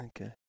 Okay